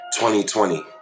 2020